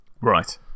Right